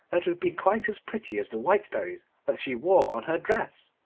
that would be quite as pretty as the white berries that she wore on her dress,